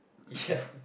ya